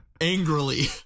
angrily